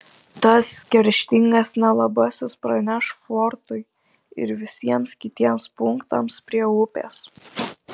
tas kerštingas nelabasis praneš fortui ir visiems kitiems punktams prie upės